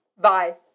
Bye